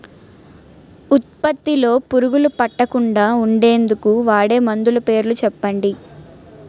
ఉత్పత్తి లొ పురుగులు పట్టకుండా ఉండేందుకు వాడే మందులు పేర్లు చెప్పండీ?